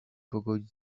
pogodzić